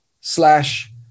slash